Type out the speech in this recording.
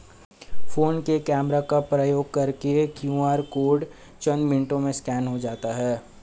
phone के camera का प्रयोग करके क्यू.आर कोड चंद मिनटों में स्कैन हो जाता है